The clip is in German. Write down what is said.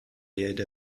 jede